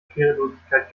schwerelosigkeit